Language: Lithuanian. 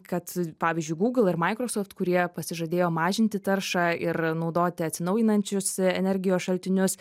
kad pavyzdžiui gūgl ir maikrosoft kurie pasižadėjo mažinti taršą ir naudoti atsinaujinančius energijos šaltinius